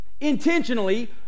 intentionally